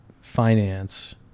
finance